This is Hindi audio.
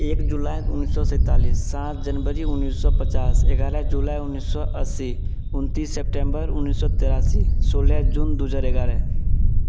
एक जुलाई उन्नीस सौ सैंतालिस सात जनवरी उन्नीस सौ पचास ग्यारह जुलाई उन्नीस सौ अस्सी उनतीस सेप्टेम्बर तिरासी सोलह जून दो हज़ार ग्यारह